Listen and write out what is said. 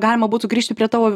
galima būtų grįžti prie tavo